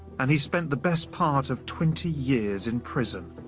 and he spent the best part of twenty years in prison.